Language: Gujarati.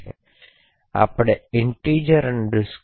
તેથી આપણે integer overflow